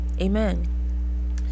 Amen